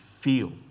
feel